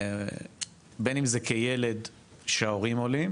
בין אם זה כילד שההורים עולים,